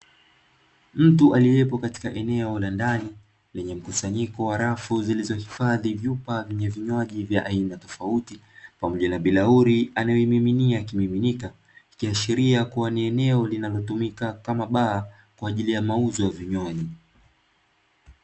Mtu aliyepo katika eneo la ndani lenye mkusanyiko wa rafu, zilizohifadhi vyupa vyenye vinywaji vya aina tofauti pamoja na bilauli, anayoimiminia kimiminika ikiashiria kuwa ni eneo linalotumika kama baa kwa ajili ya mauzo ya vinywaji.